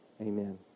Amen